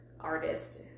artist